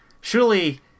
Surely